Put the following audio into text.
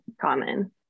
common